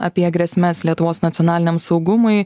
apie grėsmes lietuvos nacionaliniam saugumui